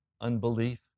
unbelief